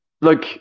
look